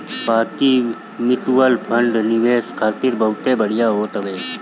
बाकी mutual fund निवेश खातिर बहुते बढ़िया होत हवे